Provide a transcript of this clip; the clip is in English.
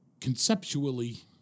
conceptually